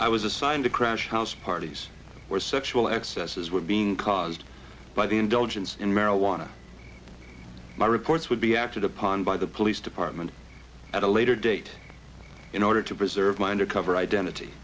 i was assigned to crash house parties were sexual excesses were being caused by the indulgence in marijuana my reports would be acted upon by the police department at a later date in order to preserve my undercover identity